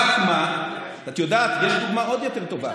רק מה, את יודעת, יש דוגמה עוד יותר טובה.